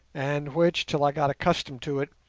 and which, till i got accustomed to it,